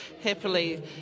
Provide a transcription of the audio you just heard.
happily